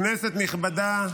כנסת נכבדה,